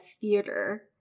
theater